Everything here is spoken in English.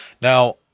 Now